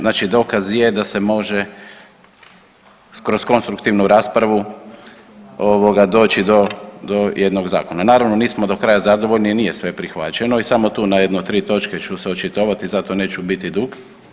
Znači dokaz je da se može kroz konstruktivnu raspravu doći do jednog zakona, naravno nismo do kraja zadovoljni i nije sve prihvaćeno i samo tu na jedno tri točke ću se očitovati zato neću biti dug.